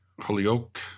Holyoke